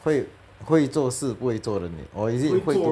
会会做事不会做人 eh or is it 会会